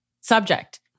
Subject